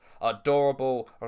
adorable